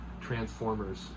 Transformers